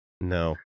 no